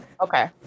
Okay